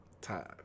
time